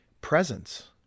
presence